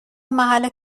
محل